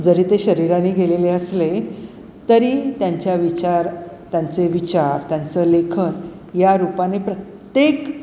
जरी ते शरीराने गेलेले असले तरी त्यांच्या विचार त्यांचे विचार त्यांचं लेखन या रूपाने प्रत्येक